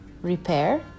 repair